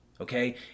okay